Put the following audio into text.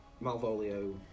Malvolio